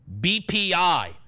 BPI